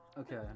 Okay